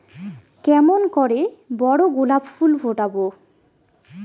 কেমন করে বড় গোলাপ ফুল ফোটাব?